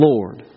Lord